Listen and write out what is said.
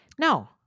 No